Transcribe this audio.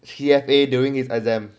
C_F_A during his exam